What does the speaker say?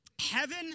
Heaven